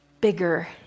bigger